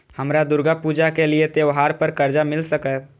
हमरा दुर्गा पूजा के लिए त्योहार पर कर्जा मिल सकय?